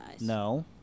No